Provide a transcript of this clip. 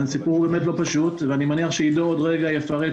הסיפור הוא באמת לא פשוט ואני מניח שעידו עוד רגע יפרט